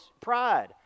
pride